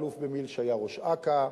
האלוף במילואים שהיה ראש אכ"א,